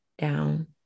down